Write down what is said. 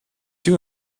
you